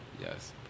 Yes